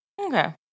Okay